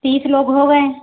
तीस लोग हो गए